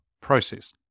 process